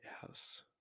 House